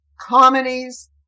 comedies